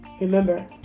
remember